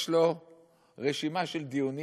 יש לו רשימה של דיונים